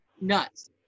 Nuts